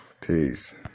Peace